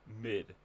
mid